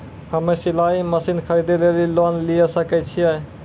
हम्मे सिलाई मसीन खरीदे लेली लोन लिये सकय छियै?